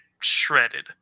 shredded